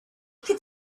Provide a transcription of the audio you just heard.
could